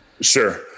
Sure